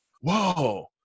whoa